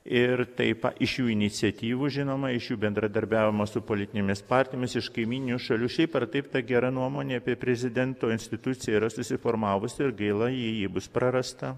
ir taip pa iš jų iniciatyvų žinoma iš jų bendradarbiavimo su politinėmis partijomis iš kaimyninių šalių šiaip ar taip ta gera nuomonė apie prezidento institucija yra susiformavusi ir gaila jei ji bus prarasta